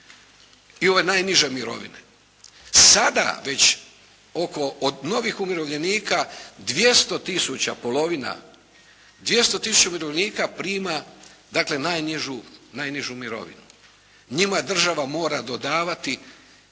I ove najniže mirovine. Sada već oko od novih umirovljenika 200 tisuća polovina, 200 tisuća umirovljenika prima dakle najnižu mirovinu. Njima država mora dodavati